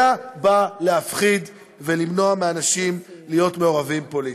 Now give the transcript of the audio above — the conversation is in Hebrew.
אלא בא להפחיד ולמנוע מאנשים להיות מעורבים פוליטית.